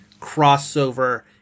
crossover